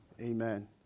Amen